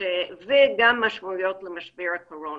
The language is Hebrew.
וגם משמעויות למשבר הקורונה.